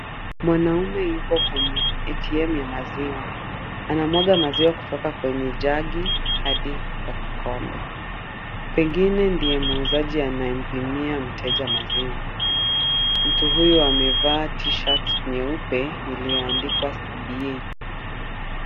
Mwanaume yuko kwenye ATM ya maziwa. Anamwaga maziwa kutoka kwenye jagi hadi kwa kikombe. Pengine ndiye muuzaji anayempimia mteja maziwa. Mtu huyu amevaa tishati nyeupe iliyoandikwa CBA.